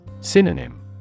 Synonym